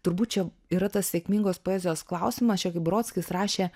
turbūt čia yra tas sėkmingos poezijos klausimas čia kaip brodskis rašė